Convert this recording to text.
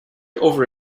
over